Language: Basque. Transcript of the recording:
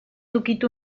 ukitu